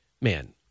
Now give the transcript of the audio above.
man